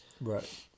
Right